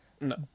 No